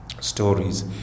stories